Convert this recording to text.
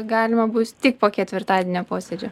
galima bus tik po ketvirtadienio posėdžio